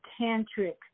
tantric